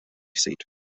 seat